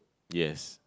yes